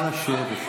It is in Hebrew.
את מחליטה?